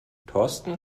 thorsten